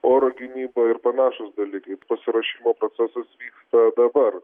oro gynyba ir panašūs dalykai pasiruošimo procesas vyksta dabar